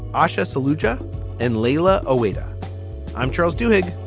ah aisha saluda and layla awada i'm charles duhigg.